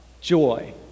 joy